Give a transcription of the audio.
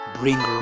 bring